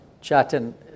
chatting